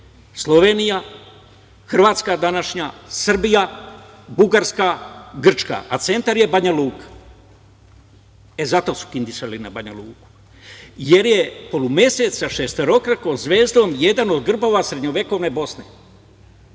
Slovenija, Hrvatska današnja, Srbija, Bugarska, Grčka, a centar je Banjaluka. E, zato su kidisali na Banjaluku. Jer je polumesec sa šestokrakom zvezdom jedan od grbova srednjovekovne Bosne.